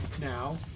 Now